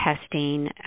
testing